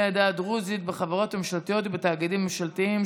העדה הדרוזית בחברות ממשלתיות ובתאגידים ממשלתיים,